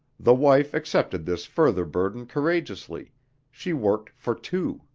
the wife accepted this further burden courageously she worked for two